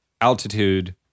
altitude